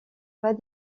pas